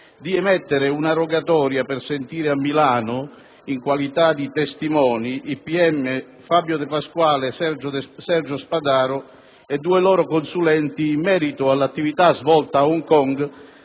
di emettere una rogatoria per sentire a Milano in qualità di testimoni i pubblici ministeri Fabio De Pasquale, Sergio Spadaro e due loro consulenti in merito all'attività svolta a Hong Kong